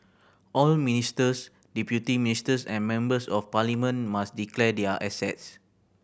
all ministers deputy ministers and members of parliament must declare their assets